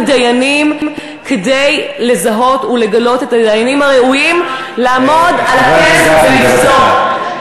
דיינים כדי לזהות ולגלות את הדיינים הראויים לעמוד על הכס ולפסוק.